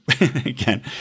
again